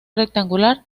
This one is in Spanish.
rectangular